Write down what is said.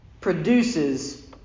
produces